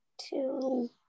two